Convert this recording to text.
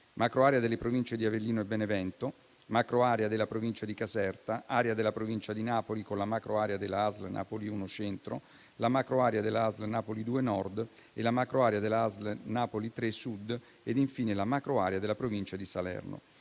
macroarea delle Province di Avellino e Benevento, macroarea della Provincia di Caserta, area della Provincia di Napoli con la macroarea della ASL Napoli 1 Centro, la macroarea dell'ASL Napoli 2 Nord, la macroarea dell'ASL Napoli 3 Sud e, infine, la macroarea della Provincia di Salerno.